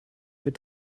wird